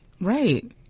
Right